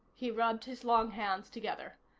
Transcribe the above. he rubbed his long hands together.